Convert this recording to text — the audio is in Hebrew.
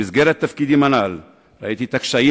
במסגרת התפקידים הנ"ל ראיתי את הקשיים